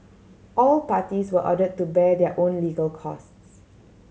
all parties were ordered to bear their own legal costs